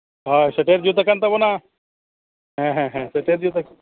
ᱦᱳᱭ ᱥᱮᱴᱮᱨ ᱡᱩᱛ ᱟᱠᱟᱱ ᱛᱟᱵᱚᱱᱟ ᱦᱮᱸ ᱦᱮᱸ ᱦᱮᱸ ᱥᱮᱴᱮᱨ ᱡᱩᱛ